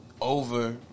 over